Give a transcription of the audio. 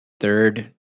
third